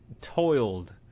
toiled